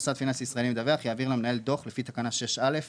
שבה המוסד הפיננסי מודיע ללקוח באמצעות דואר